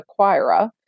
acquirer